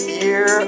year